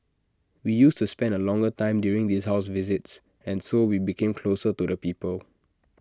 we used to spend A longer time during this house visits and so we became closer to the people